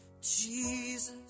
Jesus